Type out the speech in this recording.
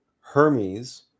Hermes